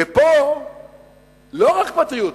ופה לא רק פטריוטיזם,